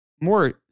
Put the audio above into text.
more